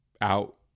out